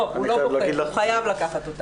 לא, הוא לא בוחר, הוא חייב לקחת אותה.